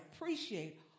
appreciate